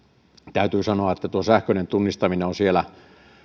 täytyy sanoa että tuo sähköinen tunnistaminen on siellä